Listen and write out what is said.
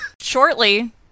Shortly